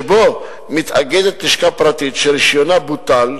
שבו מתאגדת לשכה פרטית שרשיונה בוטל,